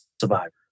survivor